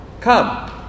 Come